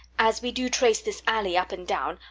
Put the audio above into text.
as we do trace this alley up and down,